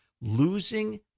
Losing